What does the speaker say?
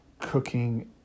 cooking